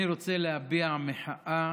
אני רוצה להביע מחאה